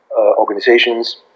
Organizations